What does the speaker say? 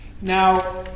Now